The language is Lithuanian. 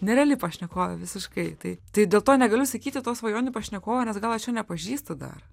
nereali pašnekovė visiškai tai tai dėl to negaliu sakyti to svajonių pašnekovo nes gal aš jo nepažįstu dar